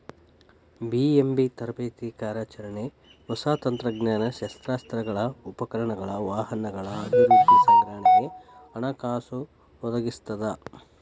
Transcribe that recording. BMB ತರಬೇತಿ ಕಾರ್ಯಾಚರಣೆ ಹೊಸ ತಂತ್ರಜ್ಞಾನ ಶಸ್ತ್ರಾಸ್ತ್ರಗಳ ಉಪಕರಣಗಳ ವಾಹನಗಳ ಅಭಿವೃದ್ಧಿ ಸಂಗ್ರಹಣೆಗೆ ಹಣಕಾಸು ಒದಗಿಸ್ತದ